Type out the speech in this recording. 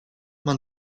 man